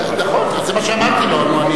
נכון, אז זה מה שאמרתי לו.